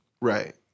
Right